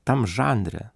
tam žanre